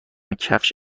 کفش